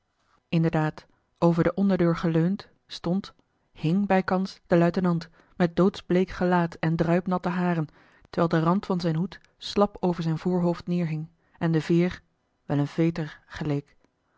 inderdaad over de onderdeur geleund stond hing bijkans de luitenant met doodsbleek gelaat en druipnatte haren terwijl de rand van zijn hoed slap over zijn voorhoofd neêrhing en de veêr wel een veter geleek